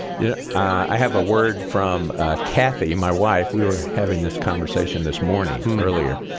yeah i have a word from kathy, my wife. we were having this conversation this morning earlier,